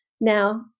now